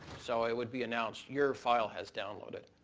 so it would be announced your file has downloaded.